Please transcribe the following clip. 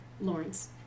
Lawrence